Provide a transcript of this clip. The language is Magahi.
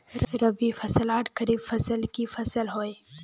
रवि फसल आर खरीफ फसल की फसल होय?